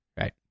Right